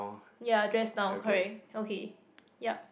ya dress down correct okay yup